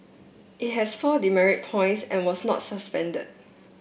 it has four demerit points and was not suspended